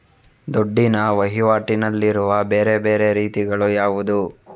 ದುಡ್ಡಿನ ವಹಿವಾಟಿನಲ್ಲಿರುವ ಬೇರೆ ಬೇರೆ ರೀತಿಗಳು ಯಾವುದು?